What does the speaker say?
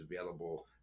available